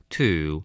Two